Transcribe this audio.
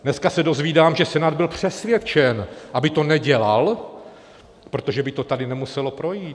Dneska se dozvídám, že Senát byl přesvědčen, aby to nedělal, protože by to tady nemuselo projít.